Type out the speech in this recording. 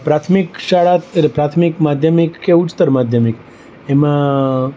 પ્રાથમિક શાળા એટલે પ્રાથમિક માધ્યમિક કે ઉચ્ચતર માધ્યમિક એમાં